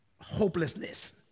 Hopelessness